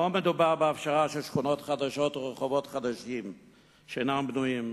לא מדובר בהפשרה של שכונות חדשות או ברחובות חדשים שאינם בנויים.